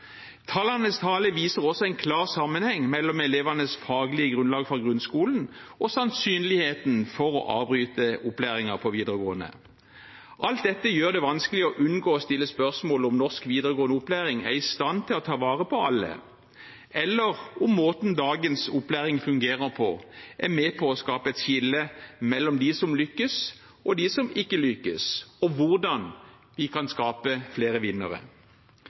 Tallenes tale viser også en klar sammenheng mellom elevenes faglige grunnlag fra grunnskolen og sannsynligheten for å avbryte opplæringen på videregående. Alt dette gjør det vanskelig å unngå å stille spørsmål om norsk videregående opplæring er i stand til å ta vare på alle, eller om måten dagens opplæring fungerer på, er med på å skape et skille mellom de som lykkes, og de som ikke lykkes, og hvordan vi kan skape flere vinnere.